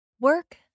Work